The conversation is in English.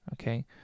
okay